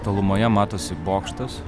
tolumoje matosi bokštas